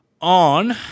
on